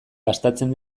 gastatzen